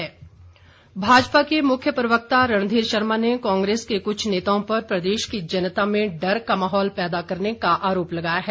रणधीर शर्मा भाजपा के मुख्य प्रवक्ता रणधीर शर्मा ने कांग्रेस के कुछ नेताओं पर प्रदेश की जनता में डर का माहौल पैदा करने का आरोप लगाया है